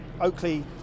Oakley